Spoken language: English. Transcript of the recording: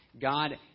God